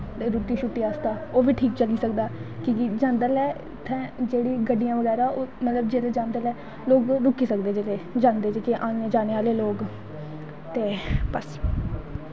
रुट्टी शुट्टी आस्तै ओह् बी ठीक चली सकदा कि के इत्थैं गड्डियां बगैरा मतलव जंदैं लै लोग रुकी सकदे जांदे जेह्के औनें जानें आह्ले लोग ते बस